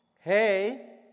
Hey